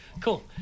cool